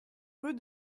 rue